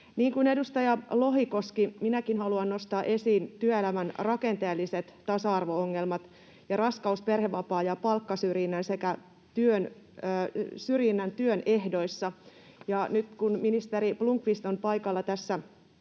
Niin kuin edustaja Lohikoski, minäkin haluan nostaa esiin työelämän rakenteelliset tasa-arvo-ongelmat ja raskaus-, perhevapaa- ja palkkasyrjinnän sekä syrjinnän työn ehdoissa. Ja nyt kun ministeri Blomqvist on paikalla tässä